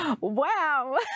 Wow